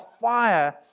fire